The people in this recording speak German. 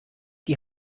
die